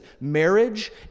marriage